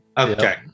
okay